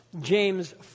James